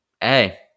hey